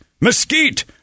Mesquite